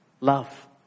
love